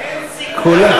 אין סיכוי.